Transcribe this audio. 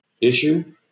issue